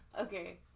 Okay